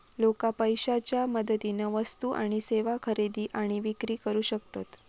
लोका पैशाच्या मदतीन वस्तू आणि सेवा खरेदी आणि विक्री करू शकतत